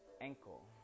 ankle